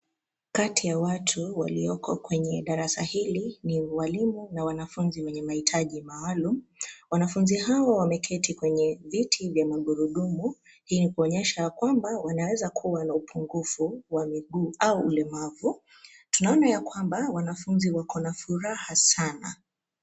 Kati ya watu walioko kwenye darasa hili, ni walimu na wanafunzi wenye mahitaji maalum. Wanafunzi hawa wameketi kwenye viti vya magurudumu, hii ni kuonyesha ya kwamba, wanaweza kuwa na upungufu wa miguu au ulemavu. Tunaona ya kwamba wanafunzi wako na furaha sana.